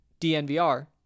DNVR